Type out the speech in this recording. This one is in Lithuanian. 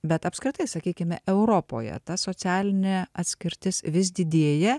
bet apskritai sakykime europoje ta socialinė atskirtis vis didėja